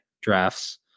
Drafts